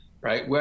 right